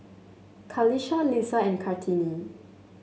Qalisha Lisa and Kartini